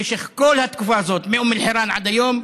במשך כל התקופה הזאת, מאום אל-חיראן עד היום,